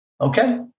Okay